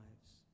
lives